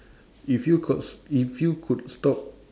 if you could s~ if you could stop